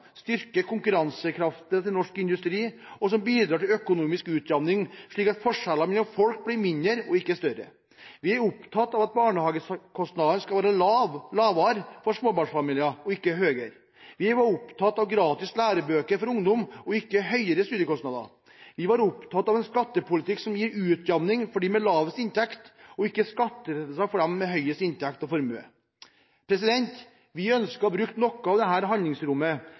konkurransekraften til norsk industri, og som bidrar til økonomisk utjamning, slik at forskjellene mellom folk blir mindre og ikke større. Vi er opptatt av at barnehagekostnadene skal være lavere for småbarnsfamilier – ikke høyere. Vi var opptatt av gratis lærebøker for ungdom – ikke høyere studiekostnader. Vi var opptatt av en skattepolitikk som gir utjamning for dem med lavest inntekt – ikke skattelettelser for dem med høyest inntekt og formue. Vi ønsker å bruke noe av dette handlingsrommet